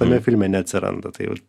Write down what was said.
tame filme neatsiranda tai vat